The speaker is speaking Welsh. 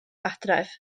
adref